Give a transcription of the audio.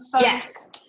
Yes